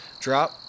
Drop